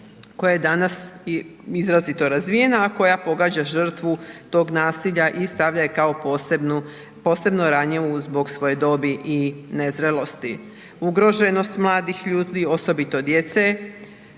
koja je danas izrazito razvijena, a koja pogađa žrtvu tog nasilja i stavlja je kao posebnu, posebno ranjivu zbog svoje dobi i nezrelosti. Ugroženost mladih ljudi osobito djece